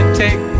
take